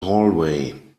hallway